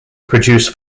produce